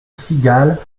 cigale